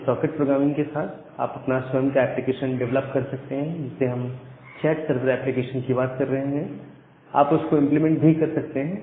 इस socket programming के साथ आप अपना स्वयं का एप्लीकेशन डिवेलप कर सकते हैं हम जिस चैट सरवर एप्लीकेशन की बात कर रहे हैं आप उसको इंप्लीमेंट भी कर सकते हैं